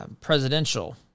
presidential